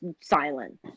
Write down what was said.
silent